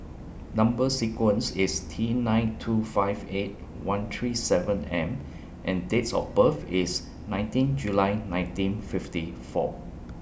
Number sequence IS T nine two five eight one three seven M and Dates of birth IS nineteen July nineteen fifty four